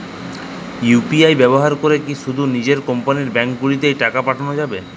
UPI ব্যবহার করে কি শুধু নিজের কোম্পানীর ব্যাংকগুলিতেই টাকা পাঠানো যাবে?